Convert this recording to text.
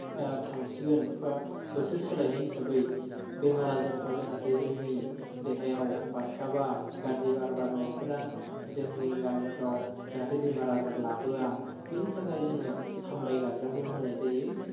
थांसिगोन बा बोथोर सोलायनाय हिसाबै बेमार आजारफ्रा जाहाथे जोंनि देहायाव बास्थाबा गाज्रि बार बारनायफोरा जोंनि गामिफ्राव जाहाथे बेमार आजार लाबोआ बिनि थाखाय जोङो हामबाय गार्जाखौ होनाय जायो